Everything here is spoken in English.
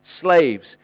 Slaves